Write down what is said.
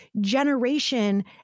generation